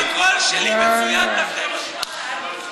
הקול שלי מצוין, תרתי משמע.